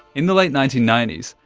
in the late nineteen ninety s,